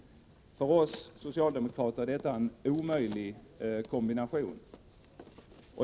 För oss socialdemokrater är detta en omöjlig kombination.